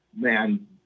Man